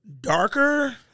Darker